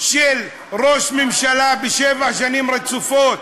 של ראש ממשלה בשבע שנים רצופות